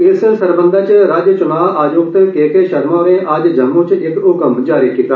इस सरबंधै च राज्य चुनां आयुक्त के के शर्मा होरें अज्ज जम्मू च इक हुक्म जारी कीता